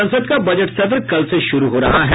संसद का बजट सत्र कल से शुरू हो रहा है